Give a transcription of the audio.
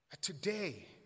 Today